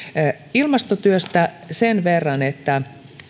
ilmastotyöstä sen verran että